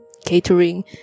catering